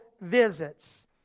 visits